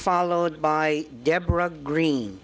followed by deborah green